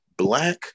Black